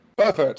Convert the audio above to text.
Perfect